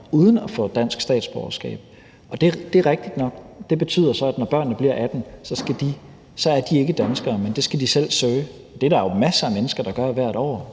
det er rigtigt nok, at det så betyder, at når børnene bliver 18 år, er de ikke danskere, men de selv skal søge om det. Det er der jo masser af mennesker, der gør hvert år.